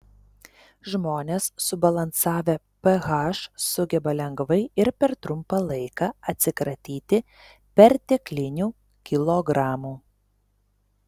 žmonės subalansavę ph sugeba lengvai ir per trumpą laiką atsikratyti perteklinių kilogramų